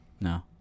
No